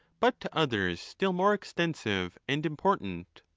but to others still more extensive and important.